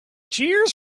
cheers